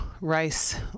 rice